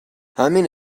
همین